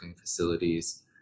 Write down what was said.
facilities